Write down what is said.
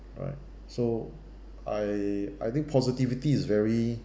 right so I I think positivity is very